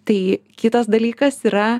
tai kitas dalykas yra